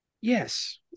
Yes